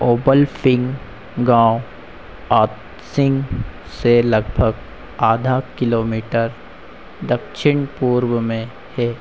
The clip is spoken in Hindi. ओबलफिंग गाँव आंत्सिंग से लगभग आधा किलोमीटर दक्षिण पूर्व में है